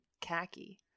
khaki